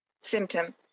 Symptom